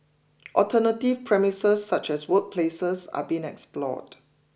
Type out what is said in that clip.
alternative premises such as workplaces are being explored